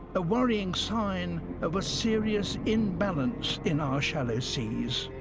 a worrying sign of a serious imbalance in our shallow seas.